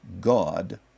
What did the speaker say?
God